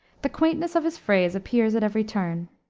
the quaintness of his phrase appears at every turn.